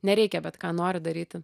ne reikia bet ką noriu daryti